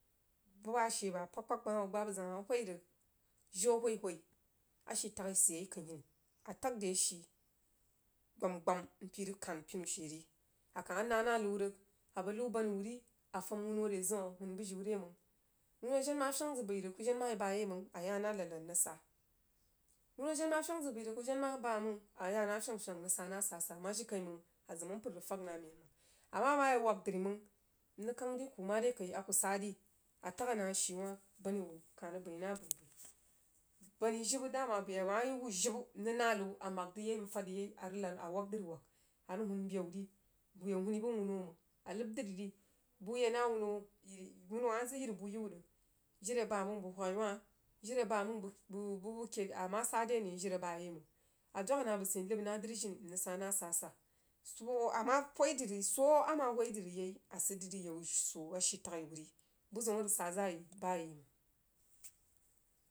Buh bah she abakpag kpag bəg mah hoo gbay a zang a mah hoi rig jiu a whai whai ashitaghi sid ayai kən hini a tag dri a shii gbam gbam npəy rig khan pinu she re a kah mah nah nah liu rig a boh kiu bani wuh ri a fahm whuno re zəunh rig huun bujiu ri mang, wuno jen mah fyang zəg bəi rig kuh jen mah yi bayaimang a yah nah aladlad mrig sah wuno jen mah fyang zəg bəi rig kuh jen mah yi ba mang a yah nah a fyang fyang mrig sah nah asahsah mah jirikaimang a zəm npər rig fag nah a men mang a mah amoh yi a wag dri mang mrig kang dri kuh mare kai akuh saa ri a tagha nah a shii wah bani wuh kah rig bəi nah abəi bəi bahi jibə dama bəi a mah yi wu jibə mrig a rig lad a way dri wag a rig huun bəu vi bəu huuni bəg wuno mang a ləb dri ri buh ye na wuno yiri wuno mah zəg yiri buh yiu rig jiri bamang bəg whaghai wah jiri bamang bəg buh buh bəg kəri a mah sah de neh jiri bayai mang a dogha nah bub səin nlədba nah dri jini mrig dah nah asasa so a mah hwoi dri rig swoh ama hoi dri rig yai a sid dri rig yau ashii taghai wuh ri buh zəun a rig sah zah yai bamang.